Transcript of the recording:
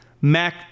Mac